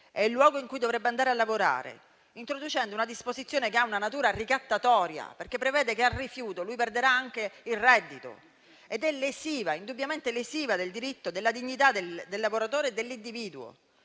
ed il luogo in cui dovrebbe andare a lavorare, introducendo una disposizione che ha una natura ricattatoria, perché prevede che, al rifiuto, questi perderà anche il reddito. Una disposizione lesiva, indubbiamente lesiva, della dignità del lavoratore e dell'individuo.